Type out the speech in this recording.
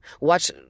Watch